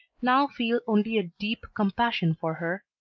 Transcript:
now feel only a deep compassion for her,